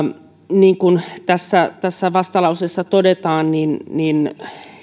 niin kuin tässä tässä vastalauseessa todetaan